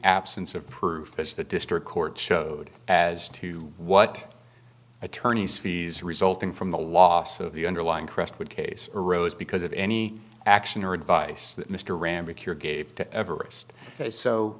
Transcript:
absence of proof as the district court showed as to what attorneys fees resulting from the loss of the underlying crestwood case arose because of any action or advice that mr